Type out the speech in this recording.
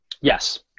Yes